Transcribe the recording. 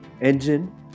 engine